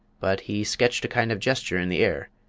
but he sketched a kind of gesture in the air,